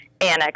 annex